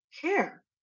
care